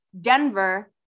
Denver